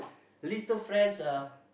little friends are